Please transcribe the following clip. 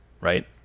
right